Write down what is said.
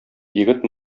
егет